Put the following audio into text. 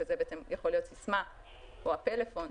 שזה יכול להיות סיסמה או הפלאפון,